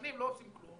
שנים לא עובדים כלום,